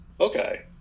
Okay